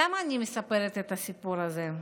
למה אני מספרת את הסיפור הזה?